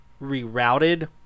rerouted